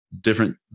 different